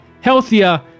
healthier